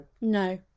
No